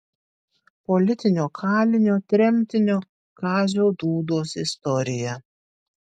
politinio kalinio tremtinio kazio dūdos istorija